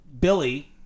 Billy